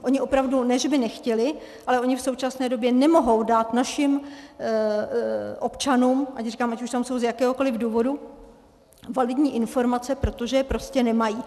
Oni opravdu ne, že by nechtěli, ale oni v současné době nemohou dát našim občanům, ať už jsou tam z jakéhokoliv důvodu, validní informace, protože je prostě nemají.